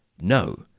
no